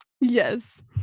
Yes